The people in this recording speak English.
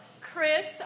Chris